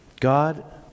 God